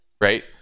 right